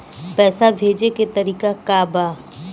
पैसा भेजे के तरीका का बा?